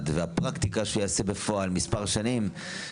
והפרקטיקה שהוא יעשה בפועל כמה שנים,